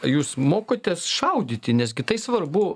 jūs mokotės šaudyti nesgi tai svarbu